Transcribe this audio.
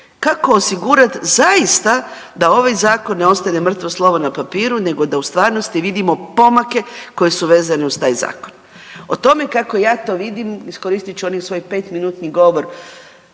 kako osigurati zaista da ovaj zakon ne ostane mrtvo slovo na papiru nego da u stvarnosti vidimo pomake koji su vezani uz taj zakon. O tome kako ja to vidim iskoristit ću onaj svoj pet minutni govor